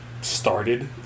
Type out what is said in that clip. started